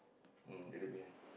mm area behind